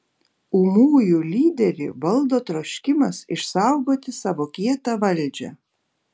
ūmųjų lyderį valdo troškimas išsaugoti savo kietą valdžią